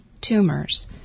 tumors